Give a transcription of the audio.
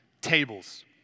tables